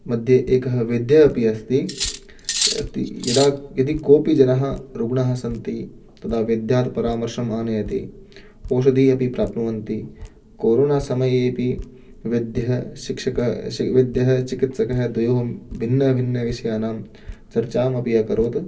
मध्ये एकः वैद्यः अपि अस्ति अस्ति यदा यदि कोऽपि जनः रुग्णः सन्ति तदा वैद्यात् परामर्शम् आनयति औषधिम् अपि प्राप्नुवन्ति कोरोनासमये अपि वैद्यः शिक्षकः वैद्यः चिकित्सकः द्वयोः भिन्नभिन्नविषयाणां चर्चामपि अकरोत्